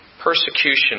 persecution